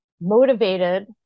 motivated